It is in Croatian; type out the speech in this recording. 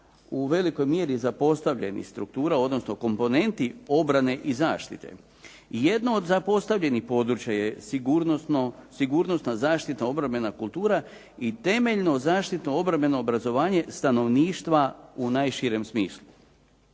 u velikoj mjeri zapostavljenih struktura odnosno komponenti obrane i zaštite. I jedno od zapostavljenih područja je sigurnosna zaštitna obrambena kultura i temeljno zaštitno obrambeno obrazovanje stanovništva u najširem smislu.